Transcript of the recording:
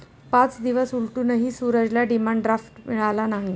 पाच दिवस उलटूनही सूरजला डिमांड ड्राफ्ट मिळाला नाही